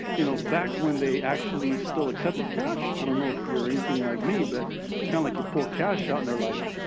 you know, back when they actually still accepted cash. i don't know if you're anything like me, but it's kind of like you pull cash out and they're like,